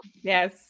yes